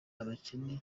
abakene